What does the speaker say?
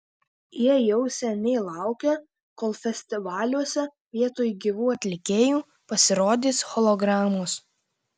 jie jau seniai laukia kol festivaliuose vietoj gyvų atlikėjų pasirodys hologramos